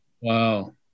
Wow